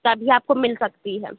تبھی آپ کو مل سکتی ہے